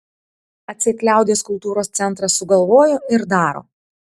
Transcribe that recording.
atseit liaudies kultūros centras sugalvojo ir daro